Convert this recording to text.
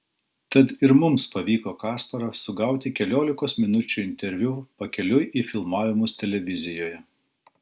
tad ir mums pavyko kasparą sugauti keliolikos minučių interviu pakeliui į filmavimus televizijoje